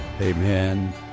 Amen